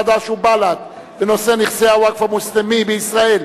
חד"ש ובל"ד בנושא נכסי הווקף המוסלמי בישראל,